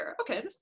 Okay